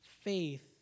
faith